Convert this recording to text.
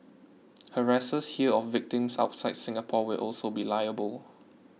harassers here of victims outside Singapore will also be liable